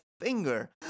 finger